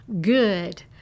good